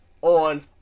on